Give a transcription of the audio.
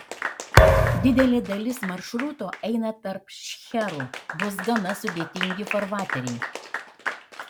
didelė dalis maršruto eina tarp šcherų bus gana sudėtingi farvateriai